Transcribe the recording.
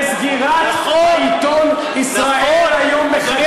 לסגירת עיתון "ישראל היום" בחקיקה.